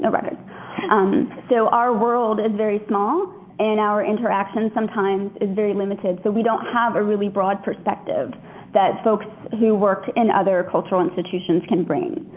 so but um so our world is very small and our interaction sometimes is very limited. so we don't have a really broad perspective that folks who worked in other cultural institutions can bring.